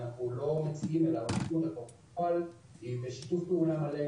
שאנחנו עוד לא מציגים אלא עושים כבר בפועל בשיתוף פעולה מלא,